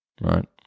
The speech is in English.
right